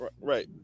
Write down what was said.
Right